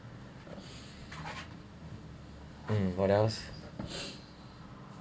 um what else